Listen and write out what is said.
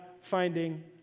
finding